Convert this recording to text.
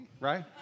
right